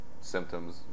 symptoms